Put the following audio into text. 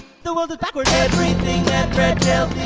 the world is backwards everything that fred